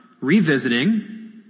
revisiting